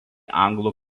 anglų